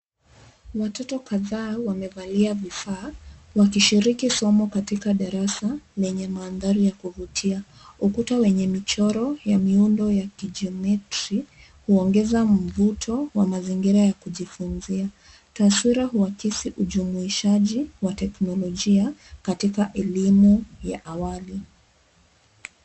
Watoto kadhaa wamevalia vifaa, wakishiriki somo katika darasa, lenye mandhari ya kuvutia. Ukuta wenye michoro ya miundo ya kijiometri, huongeza mvuto, wa mazingira ya kujifunzia. Taswira huakisi ujumuishaji wa teknolojia, katika elimu ya awali.